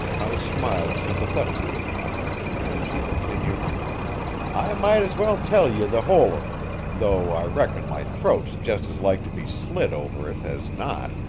i smiled sympathetically upon her, and she continued i might as well tell ye the whole of it, though i reckon my throat's jist as like to be slit over it as not.